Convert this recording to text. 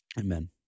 Amen